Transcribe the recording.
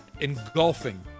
engulfing